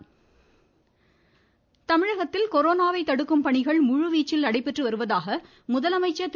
முதலமைச்சர் தமிழகத்தில் கொரோனாவை தடுக்கும் பணிகள் முழு வீச்சில் நடைபெற்று வருவதாக முதலமைச்சர் திரு